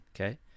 okay